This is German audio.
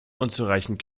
unzureichend